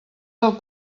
del